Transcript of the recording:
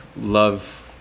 love